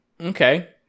Okay